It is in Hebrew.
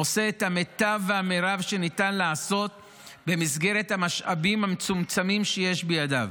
עושה את המיטב והמרב שניתן לעשות במסגרת המשאבים המצומצמים שיש בידיו.